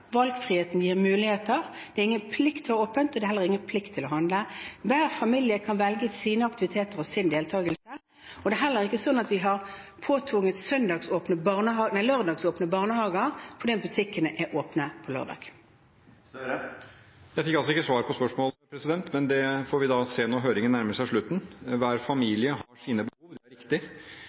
valgfriheten er viktig for familier. Valgfriheten gir muligheter, det er ingen plikt å ha åpent, og det er heller ingen plikt å handle. Hver familie kan velge sine aktiviteter og sin deltakelse. Det er heller ikke sånn at vi har påtvunget lørdagsåpne barnehager fordi om butikkene er åpne på lørdag. Jeg fikk ikke svar på spørsmålet, men vi får se når høringen nærmer seg slutten. Hver familie har sine behov og friheter. Det er